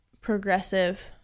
progressive